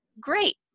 great